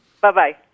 Bye-bye